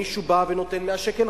מישהו בא ונותן 100 שקלים,